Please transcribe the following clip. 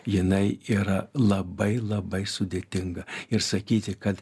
jinai yra labai labai sudėtinga ir sakyti kad